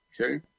Okay